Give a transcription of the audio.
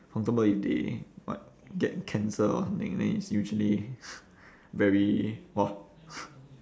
for example if they what get cancer or something then it's usually very !wah!